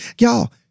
Y'all